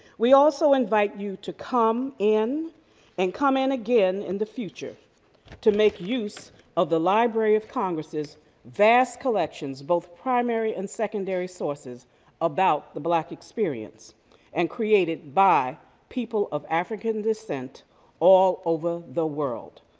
we also invite you to come in and come in again in the future to make use of the library of congress' vast collections both primary and secondary sources about the black experience and created by people of african descent all over the world.